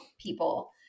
people